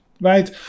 right